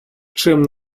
чим